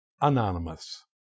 anonymous